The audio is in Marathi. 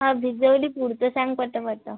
हां भिजवली पुढचं सांग पटपट